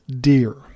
dear